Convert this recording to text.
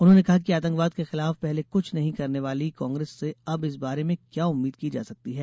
उन्होंने कहा कि आतंकवाद के खिलाफ पहले कृछ नहीं करने वाली कांग्रेस से अब इस बारे में क्या उम्मीद की जा सकती है